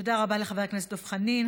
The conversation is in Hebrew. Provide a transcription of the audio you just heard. תודה רבה לחבר הכנסת דב חנין.